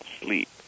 sleep